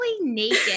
naked